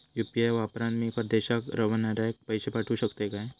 UPI वापरान मी परदेशाक रव्हनाऱ्याक पैशे पाठवु शकतय काय?